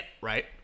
right